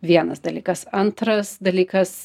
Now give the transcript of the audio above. vienas dalykas antras dalykas